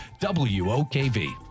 WOKV